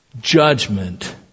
Judgment